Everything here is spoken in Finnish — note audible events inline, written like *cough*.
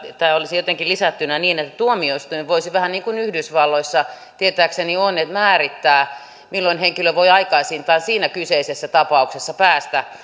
tämä olisi jotenkin lisättynä niin että tuomioistuin voisi vähän niin kuin yhdysvalloissa tietääkseni on määrittää milloin henkilö voi aikaisintaan siinä kyseisessä tapauksessa päästä *unintelligible*